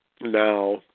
Now